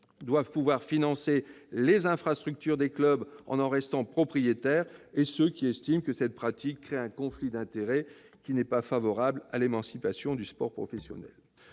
doivent pouvoir financer les infrastructures des clubs en en restant propriétaires, et ceux qui estiment que cette pratique crée un conflit d'intérêts défavorable à l'émancipation du sport professionnel.